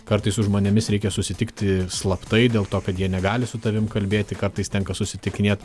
kartais su žmonėmis reikia susitikti slaptai dėl to kad jie negali su tavim kalbėti kartais tenka susitikinėt